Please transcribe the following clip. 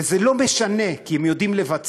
וזה לא משנה, כי הם יודעים לבצע.